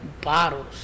bottles